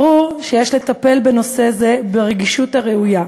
ברור שיש לטפל בנושא זה ברגישות הראויה,